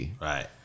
Right